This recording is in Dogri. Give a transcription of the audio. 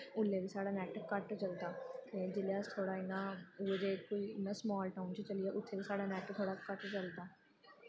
उसलै बी साढ़ा नैट घट्ट चलदा ते जिसलै अस थोह्ड़ा इ'यां कुतै इ'यां कोई स्माल टाउन च चली जाच्चै उत्थें बी साढ़ा नैट थोह्ड़ा घट्ट चलदा